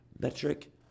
metric